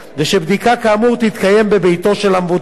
ושבדיקה כאמור תתקיים בביתו של המבוטח.